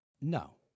No